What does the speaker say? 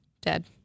dead